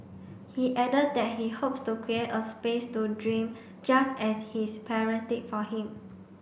he added that he hopes to create a space to dream just as his parents did for him